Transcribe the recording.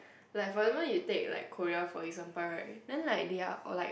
like for example you take like Korea for example right then like they're like